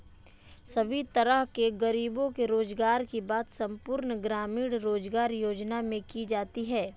सभी तरह के गरीबों के रोजगार की बात संपूर्ण ग्रामीण रोजगार योजना में की जाती है